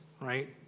right